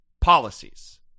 policies